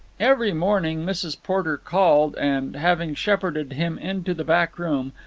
every morning mrs. porter called and, having shepherded him into the back room,